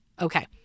Okay